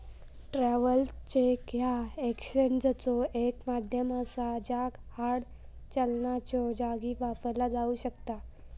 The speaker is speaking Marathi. ट्रॅव्हलर्स चेक ह्या एक्सचेंजचो एक माध्यम असा ज्या हार्ड चलनाच्यो जागी वापरला जाऊ शकता